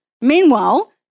Meanwhile